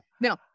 Now